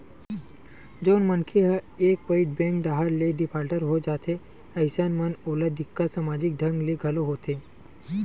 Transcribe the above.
जउन मनखे ह एक पइत बेंक डाहर ले डिफाल्टर हो जाथे अइसन म ओला दिक्कत समाजिक ढंग ले घलो होथे